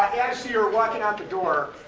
you're walking out the door